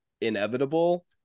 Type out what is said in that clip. inevitable